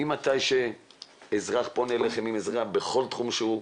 ממתי שאזרח פונה לכם עם עזרה בכל תחום שהוא,